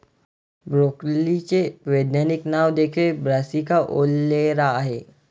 ब्रोकोलीचे वैज्ञानिक नाव देखील ब्रासिका ओलेरा आहे